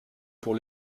pour